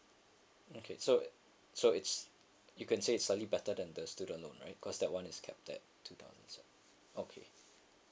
okay so so it's you can say it's slightly better than the student loan right cause that one is capped at two thousand seven okay